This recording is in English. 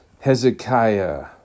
Hezekiah